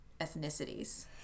ethnicities